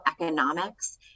economics